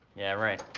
yeah, right.